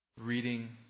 reading